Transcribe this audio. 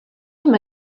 him